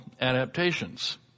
adaptations